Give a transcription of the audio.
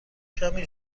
کمی